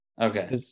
Okay